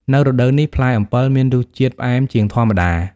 នៅរដូវនេះ ផ្លែអំពិលមានរសជាតិផ្អែមជាងធម្មតា។